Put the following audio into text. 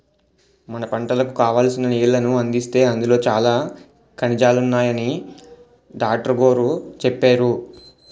మన పంటలకు కావాల్సిన నీళ్ళను అందిస్తే అందులో చాలా ఖనిజాలున్నాయని డాట్రుగోరు చెప్పేరు